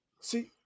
see